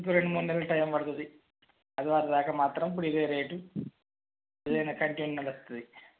ఇంకో రెండు మూడు నెలలు టైమ్ పడుతుంది ఆదివారం దాకా మాత్రం ఇప్పుడు ఇదే రేట్ ఇదే కంటిన్యూ నడుస్తుంది